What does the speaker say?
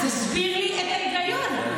תסביר לי את ההיגיון.